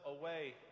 away